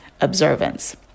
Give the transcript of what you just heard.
observance